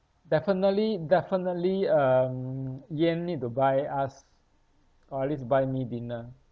definitely definitely um yan need to buy us or at least buy me dinner